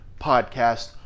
podcast